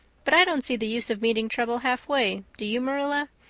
but i don't see the use of meeting trouble halfway, do you, marilla?